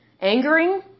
angering